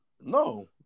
No